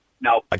No